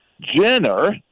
Jenner